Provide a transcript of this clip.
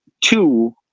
two